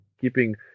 keeping